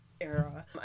era